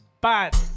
bad